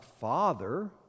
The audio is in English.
Father